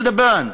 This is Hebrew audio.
Feel the Burn,